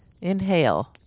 Inhale